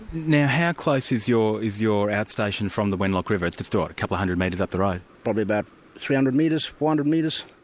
now how close is your is your out-station from the wenlock river, it's just what, a couple of hundred metres up the road. probably about three hundred metres, four hundred metres.